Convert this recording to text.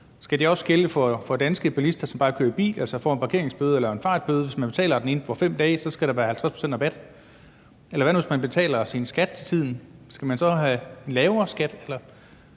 Skal det også gælde for danske bilister, som bare kører i bil, altså som får en parkeringsbøde eller en fartbøde, hvor der, hvis man betaler den inden for 5 dage, skal være 50 pct. rabat? Eller hvad nu, hvis man betaler sin skat til tiden – skal man så have lavere skat? Eller